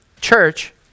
Church